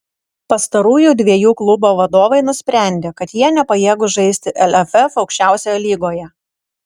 pastarųjų dviejų klubo vadovai nusprendė kad jie nepajėgūs žaisti lff aukščiausioje lygoje